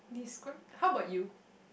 he's quite how about you